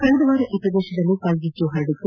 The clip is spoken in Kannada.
ಕಳೆದವಾರ ಈ ಪ್ರದೇಶದಲ್ಲಿ ಕಾಡ್ಗಿಚ್ಚು ಹರಡಿತ್ತು